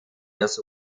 das